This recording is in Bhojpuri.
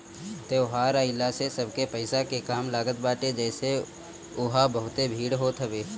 त्यौहार आइला से सबके पईसा के काम लागत बाटे जेसे उहा बहुते भीड़ होत हवे